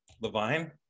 Levine